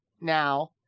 now